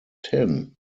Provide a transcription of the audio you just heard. tin